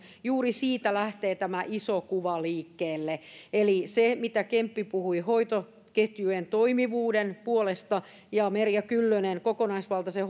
juuri siitä lähtee tämä iso kuva liikkeelle eli kun kemppi puhui hoitoketjujen toimivuuden puolesta ja merja kyllönen kokonaisvaltaisen